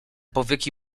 powieki